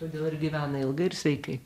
todėl ir gyvena ilgai ir sveikai